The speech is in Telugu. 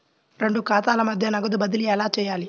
రెండు ఖాతాల మధ్య నగదు బదిలీ ఎలా చేయాలి?